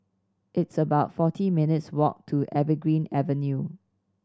it's about forty minutes' walk to Evergreen Avenue